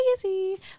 crazy